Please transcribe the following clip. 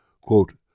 Quote